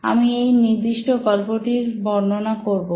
আমি এই নির্দিষ্ট গল্পটির বর্ণনা করবো